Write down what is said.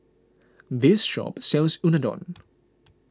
this shop sells Unadon